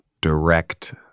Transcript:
direct